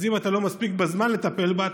אז אם אתה לא מספיק לטפל בה בזמן,